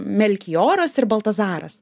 melchioras ir baltazaras